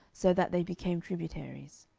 so that they became tributaries.